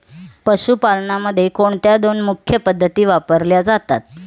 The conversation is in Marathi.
पशुपालनामध्ये कोणत्या दोन मुख्य पद्धती वापरल्या जातात?